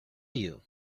you